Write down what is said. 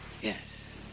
yes